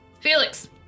Felix